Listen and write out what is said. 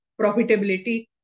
profitability